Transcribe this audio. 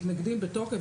מתנגדים בתוקף.